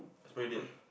expiry date